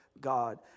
God